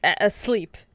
asleep